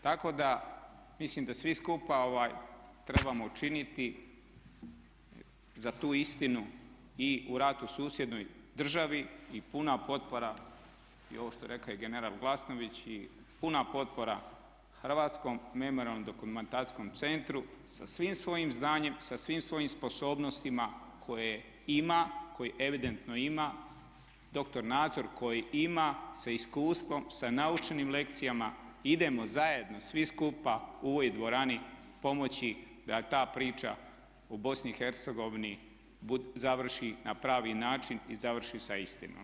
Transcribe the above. Tako da mislim da svi skupa trebamo učiniti za tu istinu i u ratu susjednoj državi i puna potpora i ovo što je rekao general Glasnović i puna potpora Hrvatskom memorijalno-dokumentacijskom centru sa svim svojim znanjem, sa svim svojim sposobnostima koje ima, koje evidentno ima doktor Nazor koji ima sa iskustvom, sa naučenim lekcijama idemo zajedno svi skupa u ovoj dvorani pomoći da i ta priča u Bosni i Hercegovini završi na pravi način i završi sa istinom.